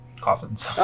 Coffins